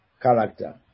character